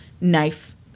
Knife